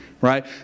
right